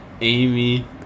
amy